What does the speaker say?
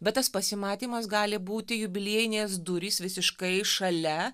bet tas pasimatymas gali būti jubiliejinės durys visiškai šalia